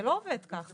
זה לא עובד ככה.